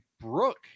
Brooke